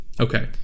Okay